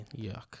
Yuck